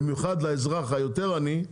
במיוחד לאזרח היותר עני,